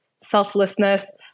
selflessness